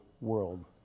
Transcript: world